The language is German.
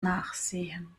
nachsehen